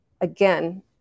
again